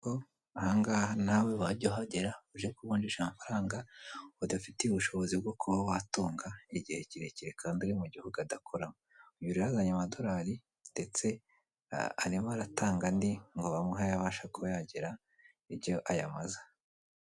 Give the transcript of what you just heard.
Ko ahangaha nawe wajya uhagera, uje kuvunjisha amafaranga udafitiye ubushobozi bwo kuba watunga igihe kirekire kandi uri mu gihugu adakoramo. Uyu rero azanye amadorali, ndetse arimo aratanga andi ngo bamuhe ayo abasha kuba yagira icyo ayamaza.